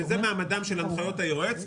וזה מעמדן של הנחיות היועץ,